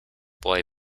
boy